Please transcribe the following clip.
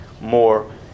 more